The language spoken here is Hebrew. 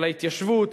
על ההתיישבות,